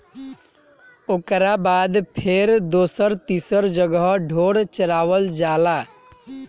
ओकरा बाद फेर दोसर तीसर जगह ढोर चरावल जाला